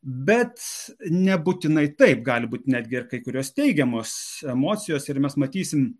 bet nebūtinai taip gali būti netgi kai kurios teigiamos emocijos ir mes matysim